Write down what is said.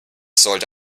sollte